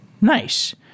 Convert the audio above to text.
Nice